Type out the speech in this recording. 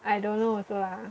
I don't know also lah